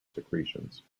secretions